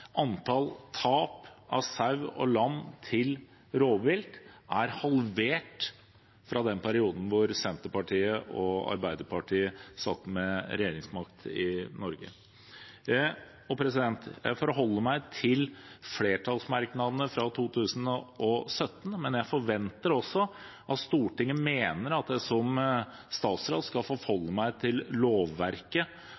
antall tap av sau og lam til rovvilt halvert fra den perioden da Senterpartiet og Arbeiderpartiet satt med regjeringsmakt i Norge. Jeg forholder meg til flertallsmerknadene fra 2017, men jeg forventer også at Stortinget mener at jeg som statsråd skal